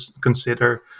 consider